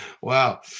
Wow